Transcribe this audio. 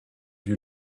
you